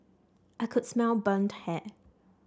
I could smell burnt hair